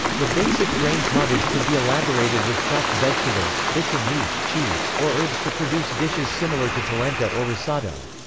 the basic grain pottage could be elaborated with chopped vegetables, bits of meat, cheese, or herbs to produce dishes similar to polenta or risotto.